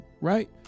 right